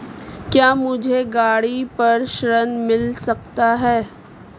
क्या मुझे गाड़ी पर ऋण मिल सकता है?